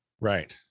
Right